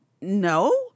no